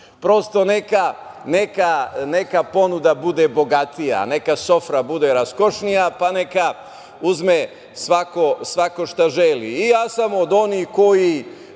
Prosto, neka ponuda bude bogatija, neka sofra bude raskošnija, pa neka uzme svako šta želi. Ja sam od onih koji